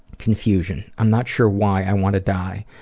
confusion. i'm not sure why i want to die.